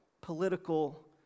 political